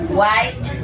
white